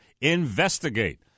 Investigate